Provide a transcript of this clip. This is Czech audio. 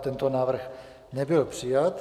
Tento návrh nebyl přijat.